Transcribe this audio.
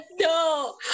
No